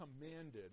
commanded